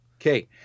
Okay